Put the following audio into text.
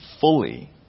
fully